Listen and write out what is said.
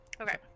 Okay